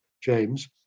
James